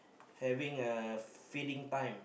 having a feeding time